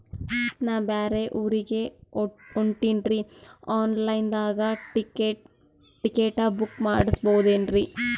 ನಾ ಬ್ಯಾರೆ ಊರಿಗೆ ಹೊಂಟಿನ್ರಿ ಆನ್ ಲೈನ್ ದಾಗ ಟಿಕೆಟ ಬುಕ್ಕ ಮಾಡಸ್ಬೋದೇನ್ರಿ?